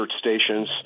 stations